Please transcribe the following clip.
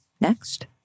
next